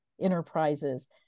enterprises